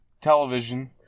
Television